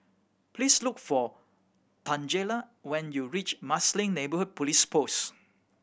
please look for Tangela when you reach Marsiling Neighbour Police Post